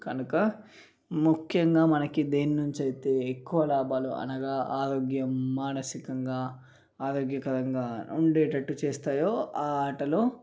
కనుక ముఖ్యంగా మనకి దేని నుంచి అయితే ఎక్కువ లాభాలు అనగా ఆరోగ్యం మానసికంగా ఆరోగ్యకరంగా ఉండేటట్టు చేస్తాయో ఆ ఆటలు